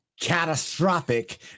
catastrophic